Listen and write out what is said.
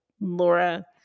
laura